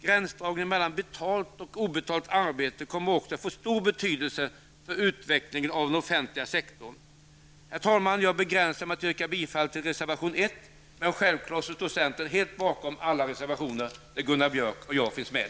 Gränsdragningen mellan betalt och obetalt arbete kommer också att få stor betydelse för utvecklingen av den offentliga sektorn. Herr talman! Jag begränsar mig till att yrka bifall till reservation 1, men självfallet står centern helt bakom alla de reservationer där Gunnar Björk och jag finns med.